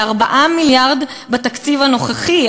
ל-4 מיליארד בתקציב הנוכחי.